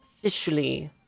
officially